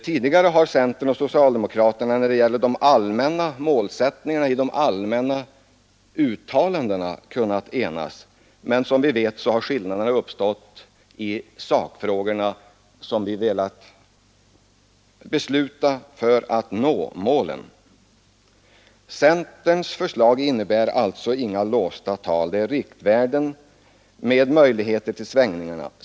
Tidigare har centern och socialdemokraterna när det gällt de allmänna målsättningarna och de allmänna uttalandena kunnat enas. Men som vi vet har skillnader uppstått i sakfrågorna när det gällt beslut för att nå målen. Centerns förslag innebär alltså inga låsta tal. Det är fråga om riktvärden med möjligheter till svängningar.